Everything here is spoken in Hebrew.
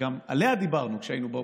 שגם עליה דיברנו כשהיינו באופוזיציה,